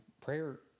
prayer